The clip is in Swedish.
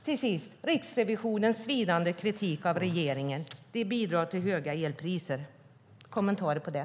Till sist: Riksrevisionens svidande kritik av regeringen bidrar till höga elpriser. Kan jag få kommentarer till det?